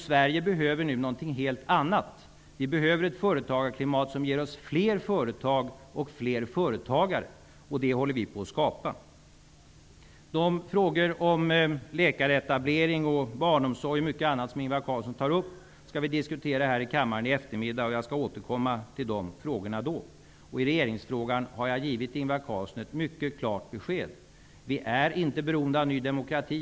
Sverige behöver någonting helt annat nu. Sverige behöver ett företagarklimat som ger fler företag och fler företagare. Detta håller vi på att skapa. De frågor om läkaretablering, barnomsorg och mycket annat som Ingvar Carlsson tar upp skall vi diskutera här i kammaren i eftermiddag. Jag skall återkomma till de frågorna då. När det gäller regeringsfrågan har jag givit Ingvar Carlsson ett mycket klart besked. Vi är inte beroende av Ny demokrati.